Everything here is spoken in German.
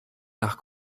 nach